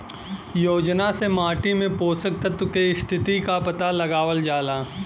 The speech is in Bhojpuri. योजना से माटी में पोषक तत्व के स्थिति क पता लगावल जाला